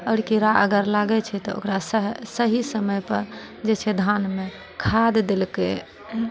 आओर कीड़ा अगर लागैत छै तऽ ओकरासँ सही समय पर जे छै धानमे खाद देलकय